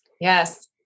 Yes